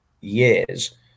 years